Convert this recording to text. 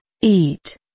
eat